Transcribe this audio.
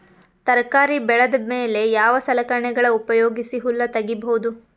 ತರಕಾರಿ ಬೆಳದ ಮೇಲೆ ಯಾವ ಸಲಕರಣೆಗಳ ಉಪಯೋಗಿಸಿ ಹುಲ್ಲ ತಗಿಬಹುದು?